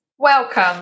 Welcome